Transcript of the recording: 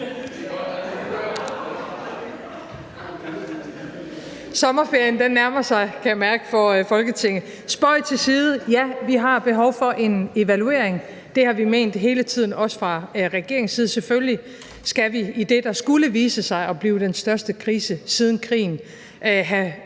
Sommerferien nærmer sig her i Folketinget, kan jeg mærke. Spøg til side. Ja, vi har behov for en evaluering. Det har vi også hele tiden ment fra regeringens side. Selvfølgelig skal vi i forbindelse med det, der skulle vise sig at blive den største krise siden krigen, have